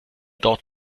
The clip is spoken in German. dort